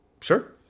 Sure